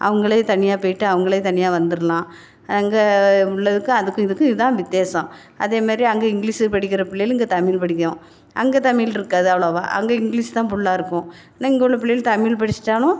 அவங்களே தனியாக போயிட்டு அவங்களே தனியாக வந்துரலாம் அங்கே உள்ளதுக்கு அதற்கும் இதற்கும் இதான் வித்தியாசம் அதேமாதிரி அங்கே இங்கிலீஷு படிக்கிற பிள்ளைகள் இங்கே தமிழ் படிக்கும் அங்கே தமில்ருக்காது அவ்ளோவாக அங்கே இங்கிலீஷ் தான் புல்லாக இருக்கும் ஆனால் இங்கே உள்ள பிள்ளைகளு தமிழ் படிச்சிவிட்டாலும்